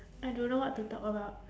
I don't know what to talk about